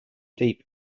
deep